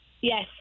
Yes